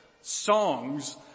songs